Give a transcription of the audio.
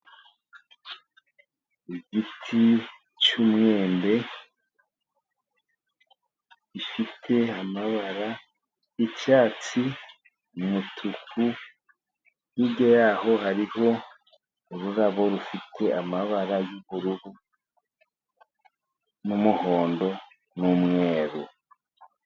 Igiti cy'umwembe, gifite amabara yicyatsi, umutuku, hirya yaho hariho ururabo rufite amabara yubururu, n'umuhondo n'umweru.